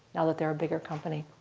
now that they're a bigger company.